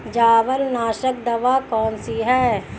जवार नाशक दवा कौन सी है?